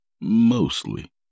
Mostly